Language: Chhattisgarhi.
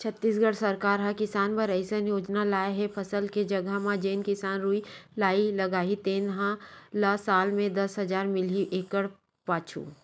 छत्तीसगढ़ सरकार ह किसान बर अइसन योजना लाए हे फसल के जघा म जेन किसान रूख राई लगाही तेन ल साल म दस हजार मिलही एकड़ पाछू